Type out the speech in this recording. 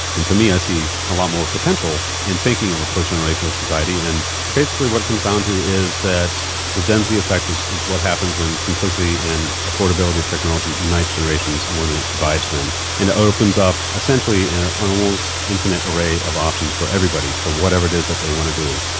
and to me i see a lot more potential in thinking of a post-generational society, and basically what it comes down to is the gen z effect is is what happens when simplicity and affordability of technology unites generations more than it divides them, and it opens up essentially an almost infinite array of options for everybody, for whatever it is that they want to do.